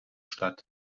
stadt